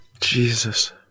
Jesus